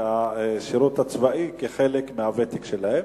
בשירות הצבאי כחלק מהוותק שלהם.